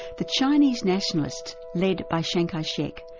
the chinese nationalists led by chiang kai chek,